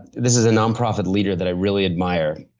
this is a nonprofit leader that i really admire.